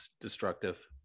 destructive